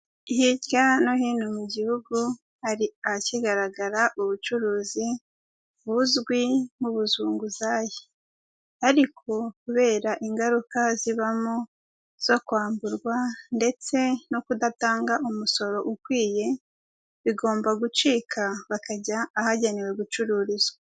Hirya no hino mu gihugu hari ahakigaragara ubucuruzi buzwi nk'ubuzunguzayi. Ariko kubera ingaruka zibamo zo kwamburwa ndetse no kudatanga umusoro ukwiye bigomba gucika bakajya ahagenewe gucururizwa.